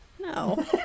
No